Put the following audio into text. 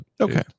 Okay